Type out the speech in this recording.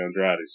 Andrade